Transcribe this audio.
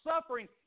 suffering